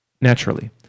Naturally